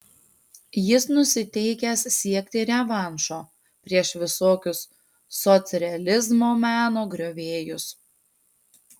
jis nusiteikęs siekti revanšo prieš visokius socrealizmo meno griovėjus